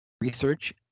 research